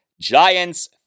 Giants